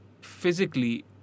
physically